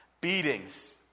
beatings